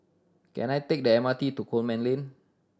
can I take the M R T to Coleman Lane